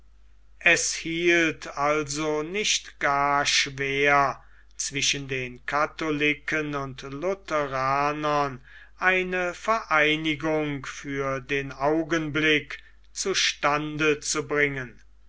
es hielt also nicht gar schwer zwischen den katholiken und lutheranern eine vereinigung für den augenblick zu stande zu bringen